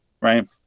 right